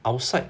outside